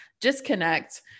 disconnect